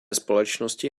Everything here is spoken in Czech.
společnosti